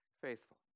faithful